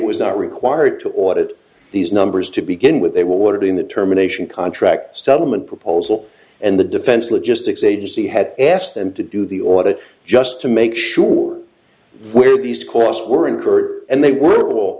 was not required to audit these numbers to begin with they were doing the terminations contract settlement proposal and the defense logistics agency had asked them to do the audit just to make sure where these costs were incurred and they were all